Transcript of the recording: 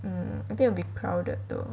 mm I think will be crowded though